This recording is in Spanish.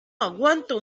aguanto